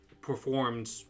performed